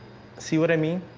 see what i mean?